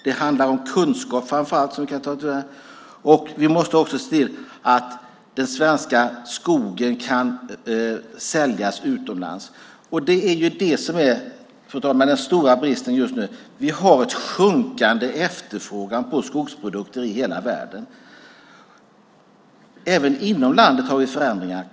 Det handlar framför allt om kunskap. Vi måste också se till att den svenska skogen kan säljas utomlands. Det, fru talman, är den stora bristen just nu. Vi har en sjunkande efterfrågan på skogsprodukter i hela världen. Även inom landet har vi förändringar.